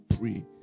pray